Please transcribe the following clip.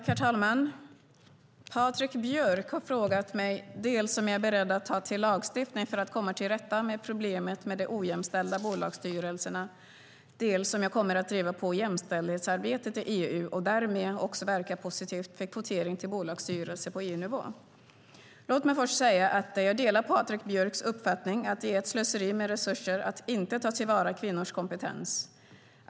Herr talman! Patrik Björck har frågat mig dels om jag är beredd att ta till lagstiftning för att komma till rätta med problemet med de ojämställda bolagsstyrelserna, dels om jag kommer att driva på jämställdhetsarbetet i EU och därmed också verka positivt för kvotering till bolagsstyrelser på EU-nivå. Låt mig först säga att jag delar Patrik Björcks uppfattning att det är ett slöseri med resurser att inte ta till vara kvinnors kompetens.